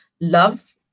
love